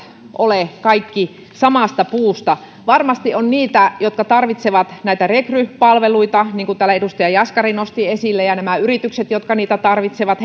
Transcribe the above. ole kaikki samasta puusta varmasti on niitä jotka tarvitsevat näitä rekrypalveluita niin kuin täällä edustaja jaskari nosti esille ja näillä yrityksillä jotka niitä tarvitsevat